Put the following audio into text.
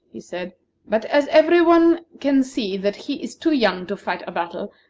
he said but as every one can see that he is too young to fight a battle,